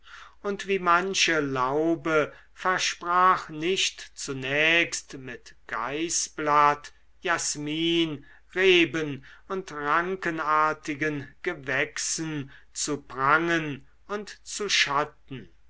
und wie manche laube versprach nicht zunächst mit geißblatt jasmin reben und rankenartigen gewächsen zu prangen und zu schatten